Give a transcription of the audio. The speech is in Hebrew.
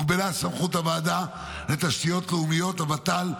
הוגבלה סמכות הוועדה לתשתיות לאומיות, הוות"ל,